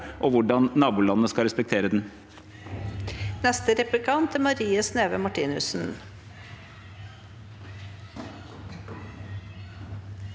og hvordan nabolandene skal respektere den.